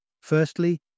Firstly